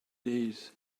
days